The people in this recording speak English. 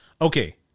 Okay